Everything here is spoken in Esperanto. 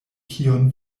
kion